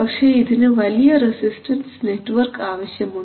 പക്ഷേ ഇതിന് വലിയ റെസിസ്റ്റൻസ് നെറ്റ്വർക്ക് ആവശ്യമുണ്ട്